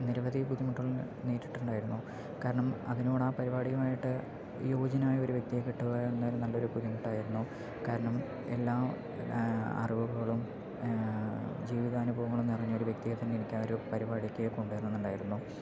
നിരവധി ബുദ്ധിമുട്ടുകൾ നേരിട്ടിട്ടുണ്ടായിരുന്നു കാരണം അതിനോട് ആ പരിപാടിയുമായിമായിട്ട് യോഗ്യനായ ഒരു വ്യക്തിയെ കിട്ടുക എന്നത് നല്ലൊരു ഒരു ബുദ്ധിമുട്ടായിരുന്നു കാരണം എല്ലാ അറിവുകളും ജീവിതാനുഭവങ്ങളും നിറഞ്ഞ ഒരു വ്യക്തിയെ തന്നെ എനിക്ക് ആ ഒരു പരിപാടിക്ക് കൊണ്ട് വരണംന്ന് ഉണ്ടായിരുന്നു